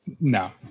No